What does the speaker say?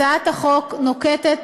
הצעת החוק נוקטת,